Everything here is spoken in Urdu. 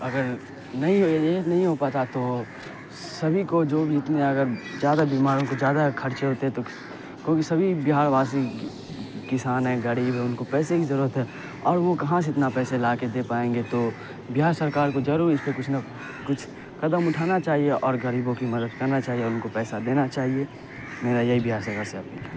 اگر نہیں ہو یہ نہیں ہو پاتا تو سبھی کو جو بھی اتنے اگر زیادہ بیمار ہوں ان کو زیادہ خرچ ہوتے تو ان سبھی بہار واسی کسان ہیں غریب ہیں ان کو پیسے کی ضرورت ہے اور وہ کہاں سے اتنا پیسہ لا کے دے پائیں گے تو بہار سرکار کو ضرور اس پہ کچھ نہ کچھ قدم اٹھانا چاہیے اور غریبوں کی مدد کرنا چاہیے اور ان کو پیسہ دینا چاہیے میرا یہی بہار سرکار سے اپیل ہے